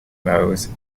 rose